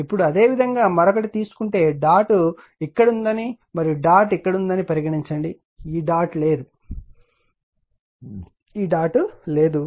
ఇప్పుడు అదేవిధంగా మరొకటి తీసుకుంటే డాట్ ఇక్కడ ఉందని మరియు డాట్ ఇక్కడ ఉందని పరిగణించండి ఈ డాట్ లేదు ఈ డాట్ లేదు